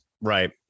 Right